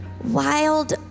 Wild